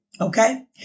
okay